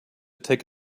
take